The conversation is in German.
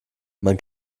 man